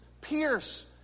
pierce